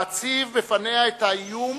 להציב בפניה את האיום